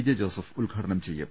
J Joseph ഉദ്ഘാടനം ചെയ്യും